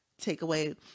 takeaway